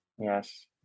Yes